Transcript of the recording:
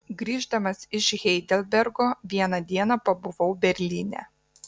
grįždamas iš heidelbergo vieną dieną pabuvau berlyne